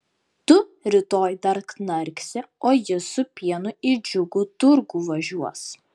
tu rytoj dar knarksi o jis su pienu į džiugų turgų važiuos